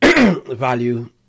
value